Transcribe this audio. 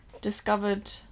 discovered